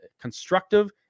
constructive